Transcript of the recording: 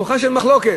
כוחה של מחלוקת.